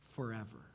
Forever